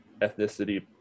Ethnicity